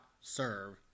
serve